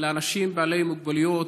לאנשים בעלי מוגבלויות,